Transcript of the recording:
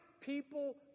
people